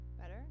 Better